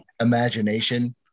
imagination